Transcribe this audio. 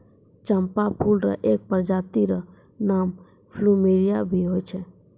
चंपा फूल र एक प्रजाति र नाम प्लूमेरिया भी होय छै